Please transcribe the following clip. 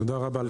תודה רבה לך.